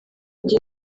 ati